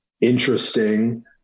interesting